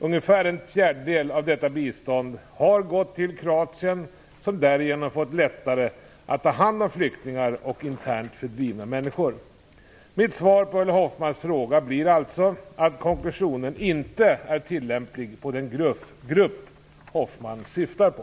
Ungefär en fjärdedel av detta bistånd har gått till Kroatien som därigenom har fått lättare att ta hand om flyktingar och internt fördrivna människor. Mitt svar på Ulla Hoffmanns fråga blir alltså att konklusionen inte är tillämplig på den grupp som Ulla Hoffmann syftar på.